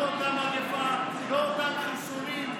לא אותה מגפה, לא אותם חיסונים.